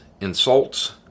insults